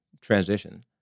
transition